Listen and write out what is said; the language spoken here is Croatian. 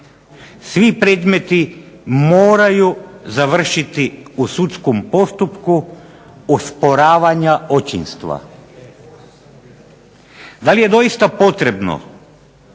svi predmeti moraju završiti u sudskom postupku osporavanja očinstva. Da li je doista potrebno